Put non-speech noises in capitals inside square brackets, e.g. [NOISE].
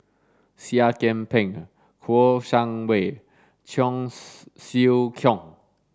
Seah Kian Peng Kouo Shang Wei Cheong [UNINTELLIGIBLE] Siew Keong